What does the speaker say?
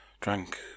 Drank